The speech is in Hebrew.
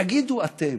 תגידו אתם,